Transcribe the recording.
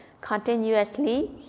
continuously